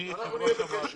אנחנו נהיה בקשר.